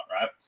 right